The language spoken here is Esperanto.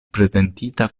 prezentita